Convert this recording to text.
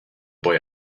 boy